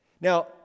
Now